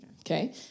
Okay